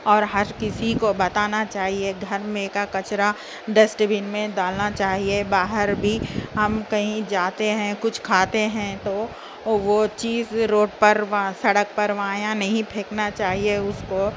اور ہر کسی کو بتانا چاہیے گھر میں کا کچرا ڈسٹبین میں ڈالنا چاہیے باہر بھی ہم کہیں جاتے ہیں کچھ کھاتے ہیں تو وہ چیز روڈ پر سڑک پر وہاں یہاں نہیں پھینکنا چاہیے اس کو